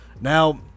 now